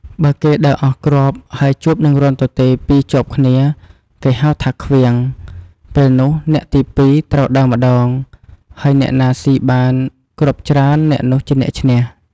បើគេដើរអស់គ្រាប់ ហើយជួបនឹងរន្ធទទេពីរជាប់គ្នា គេហៅថាឃ្វាង ពេលនោះអ្នកទីពីរត្រូវដើរម្ដង ហើយអ្នកណាស៊ីបានគ្រាប់ច្រើន អ្នកនោះជាអ្នកឈ្នះ។